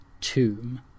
tomb